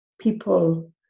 people